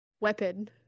weapon